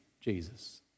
Jesus